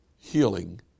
healing